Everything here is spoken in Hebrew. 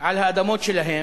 על האדמות שלהם,